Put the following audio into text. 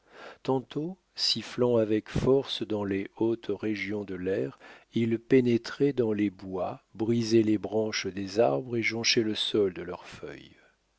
tantôt sifflant avec force dans les hautes régions de l'air il pénétrait dans les bois brisait les branches des arbres et jonchait le sol de leurs feuilles